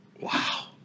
wow